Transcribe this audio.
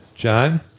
John